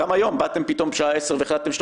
גם היום באתם פתאום בשעה 10:00 והחלטתם שאתם